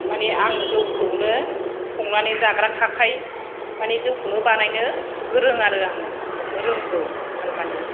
मानि आं जौखौनो संनानै जाग्राखा खाय मानि जौखौनो बानायनो गोरों आरो आङो रोंगौ थारमानि